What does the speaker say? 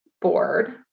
board